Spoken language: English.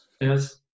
Yes